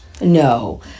No